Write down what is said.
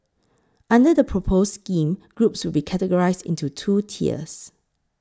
under the proposed scheme groups will be categorised into two tiers